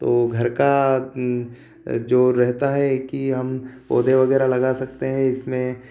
तो घर का जो रहता है कि हम पौधे वगेरह लगा सकते हैं इसमें